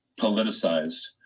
politicized